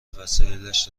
وسایلش